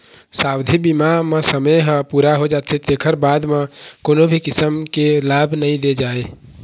सावधि बीमा म समे ह पूरा हो जाथे तेखर बाद म कोनो भी किसम के लाभ नइ दे जाए